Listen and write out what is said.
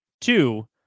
two